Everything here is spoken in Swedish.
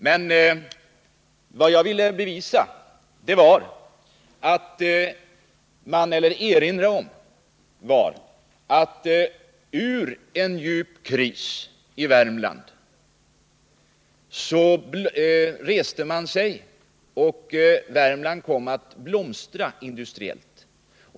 Men vad jag vill erinra om var att man i Värmland reste sig ur en djup kris, och Värmland kom att blomstra industriellt.